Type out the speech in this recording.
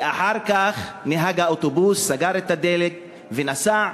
ואחר כך נהג האוטובוס סגר את הדלת ונסע.